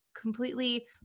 completely